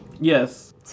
Yes